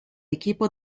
equipo